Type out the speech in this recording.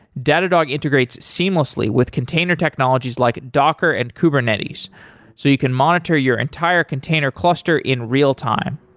datadog integrates seamlessly with container technologies like docker and kubernetes so you can monitor your entire container cluster in real-time.